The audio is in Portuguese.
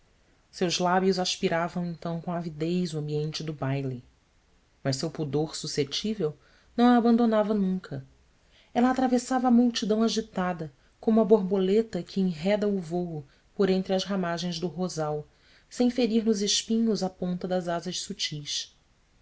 seus lábios aspiravam então com avidez o ambiente do baile mas seu pudor suscetível não a abandonava nunca ela atravessava a multidão agitada como a borboleta que enreda o vôo por entre as ramagens do rosal sem ferir nos espinhos a ponta das asas sutis